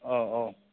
औ औ